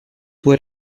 were